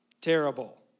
Terrible